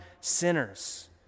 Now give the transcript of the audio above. sinners